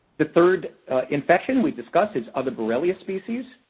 the third infection we discussed is other borrelia species.